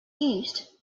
used